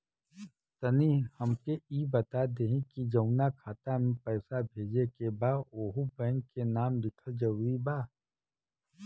तनि हमके ई बता देही की जऊना खाता मे पैसा भेजे के बा ओहुँ बैंक के नाम लिखल जरूरी बा?